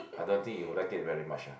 I don't think you would like it very much ah